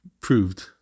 proved